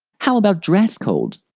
how about dress code?